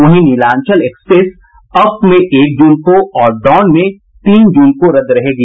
वहीं Nilanchal express up में एक जून को और डाउन में तीन जून को रद्द रहेगी